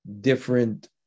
different